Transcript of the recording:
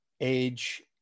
age